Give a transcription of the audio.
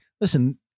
listen